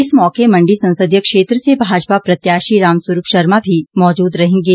इस मौके मंडी संसदीय क्षेत्र से भाजपा प्रत्याशी रामस्वरूप शर्मा भी मौजूद रहेंगे